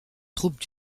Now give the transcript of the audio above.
troupes